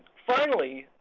finally,